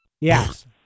Yes